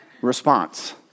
response